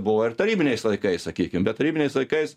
buvo ir tarybiniais laikais sakykim bet tarybiniais laikais